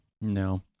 No